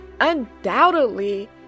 undoubtedly